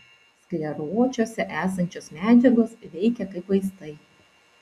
skleročiuose esančios medžiagos veikia kaip vaistai